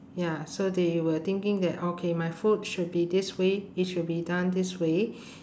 ya so they were thinking that okay my food should be this way it should be done this way